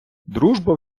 дружба